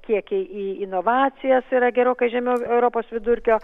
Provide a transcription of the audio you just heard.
kiekiai į inovacijas yra gerokai žemiau europos vidurkio